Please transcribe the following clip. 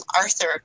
Arthur